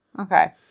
Okay